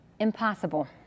impossible